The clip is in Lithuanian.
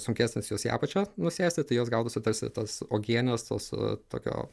sunkesnės jos į apačią nusėsti tai jos gaunasi tarsi tas uogienės tas tokio